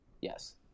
Yes